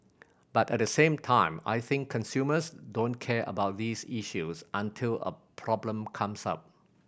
but at the same time I think consumers don't care about these issues until a problem comes up